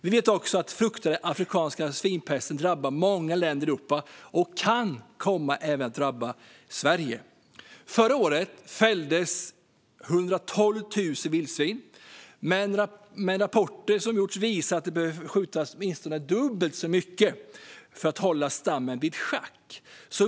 Vi vet också att den fruktade afrikanska svinpesten drabbar många länder i Europa och kan komma att även drabba Sverige. Förra året fälldes 112 000 vildsvin. Men rapporter som gjorts visar att det behöver skjutas åtminstone dubbelt så många för att hålla stammen i schack.